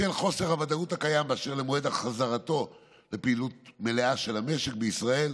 בשל חוסר הוודאות הקיים באשר לחזרתו לפעילות מלאה של המשק בישראל,